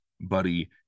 Buddy